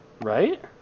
Right